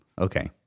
Okay